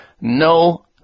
no